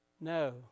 No